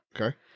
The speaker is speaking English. Okay